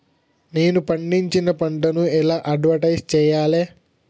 నేను పండించిన పంటను ఎలా అడ్వటైస్ చెయ్యాలే?